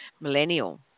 millennial